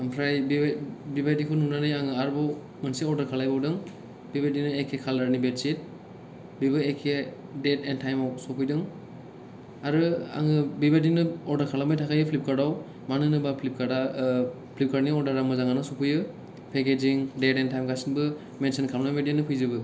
आमफ्राय बे बेबादिखौ नुनानै आङो आरबाव मोनसे अर्डार खालायबावदों बेबादिनो एखे खालारनि बेड चिट बेबो एखे डेट एण्ड टाइम आव सफैदों आरो आङो बेबादिनो अर्डार खालामबाय थाखायो प्लिपकार्टआव मानो होनोब्ला प्लिपकार्टनि अर्डारा मोजाङानो सफैयो पेकेजिं डेट एण्ड टाइम गासिबो मेनसन खालामनाय बादिनो फैजोबो